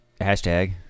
Hashtag